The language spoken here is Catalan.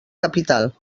capital